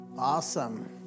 Awesome